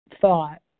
thought